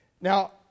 Now